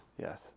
Yes